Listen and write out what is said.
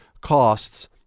costs